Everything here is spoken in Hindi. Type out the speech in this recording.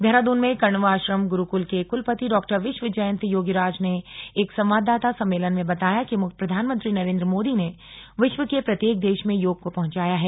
देहरादून में कण्व आश्रम गुरुकूल के कुलपति डॉक्टर विश्व जयंत योगिराज ने एक संवाददाता सम्मेलन में बताया कि प्रधानमंत्री नरेंद्र मोदी ने विश्व के प्रत्येक देश में योग को पहुंचाया है